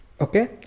Okay